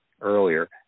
earlier